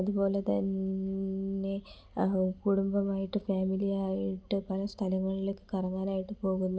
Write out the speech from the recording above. അതുപോലെത്തന്നെ കുടുംബമായിട്ട് ഫാമിലിയായിട്ട് പല സ്ഥലങ്ങളിലൊക്കെ കറങ്ങാനായിട്ട് പോകുന്നു